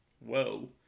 whoa